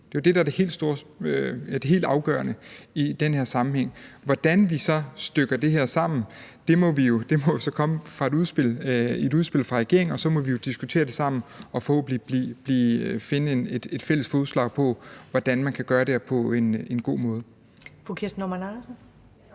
der er det helt afgørende i den her sammenhæng. Med hensyn til hvordan vi så stykker det her sammen, må der jo så komme et udspil fra regeringen, og så må vi diskutere det sammen og forhåbentlig finde et fælles fodslag, med hensyn til hvordan vi kan gøre det her på en god måde. Kl. 20:03 Første